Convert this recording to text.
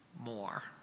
more